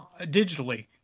digitally